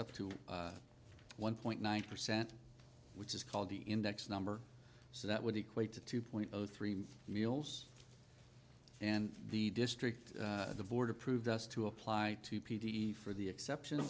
up to one point nine percent which is called the index number so that would equate to two point zero three meals and the district the board approved us to apply to p d e for the exception